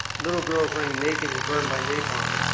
little girls running naked and burned by napalm,